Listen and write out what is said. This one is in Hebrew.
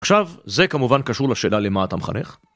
עכשיו, זה כמובן קשור לשאלה למה אתה מחנך?